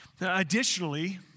Additionally